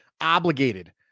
obligated